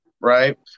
right